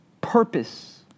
Purpose